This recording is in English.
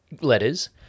letters